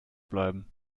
bleiben